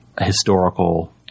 historical